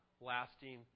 lasting